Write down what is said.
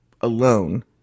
alone